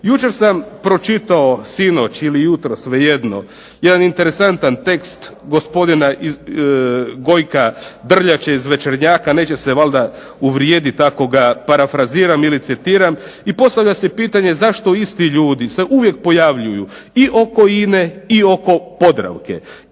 Jučer sam pročitao, sinoć ili jutros vrijedno jedan interesantan tekst gospodina Gojka Drljače iz Večernjaka, neće se valjda uvrijediti ako ga parafraziram ili citiram i postavlja se pitanje zašto isti ljudi se uvijek pojavljuju i oko INA-e i oko Podravke.